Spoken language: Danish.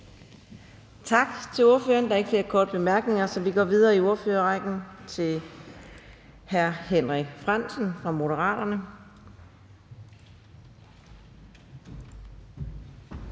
Tak til ordføreren. Der er ikke flere korte bemærkninger, så vi går videre i ordførerrækken til hr. Henrik Frandsen fra Moderaterne.